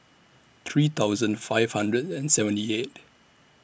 three thousand five hundred and seventy eight